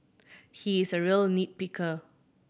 he is a real nit picker